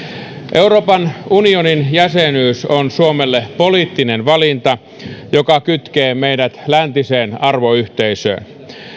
euroopan unionin jäsenyys on suomelle poliittinen valinta joka kytkee meidät läntiseen arvoyhteisöön